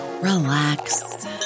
relax